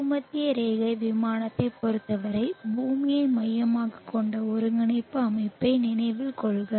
பூமத்திய ரேகை விமானத்தைப் பொறுத்தவரை பூமியை மையமாகக் கொண்ட ஒருங்கிணைப்பு அமைப்பை நினைவில் கொள்க